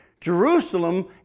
Jerusalem